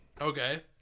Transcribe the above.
Okay